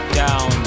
down